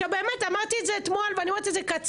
עכשיו באמת אמרתי את זה אתמול ואני אומרת את זה קצר,